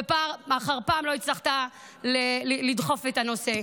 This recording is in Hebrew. ופעם אחר פעם לא הצלחת לדחוף את הנושא.